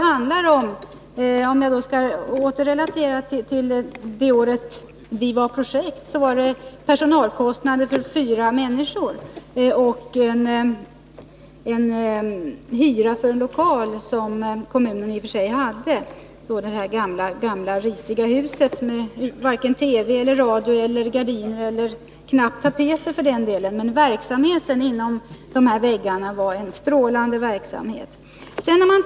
För att åter relatera till det år då vi genomförde projektet, handlade det bara om personalkostnader för fyra människor och hyran för en lokal, som kommunen i och för sig redan hade — det gamla, risiga huset, med varken TV, radio eller gardiner, och knappt tapeter för den delen. Men verksamheten inom dessa väggar var en strålande verksamhet.